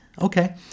Okay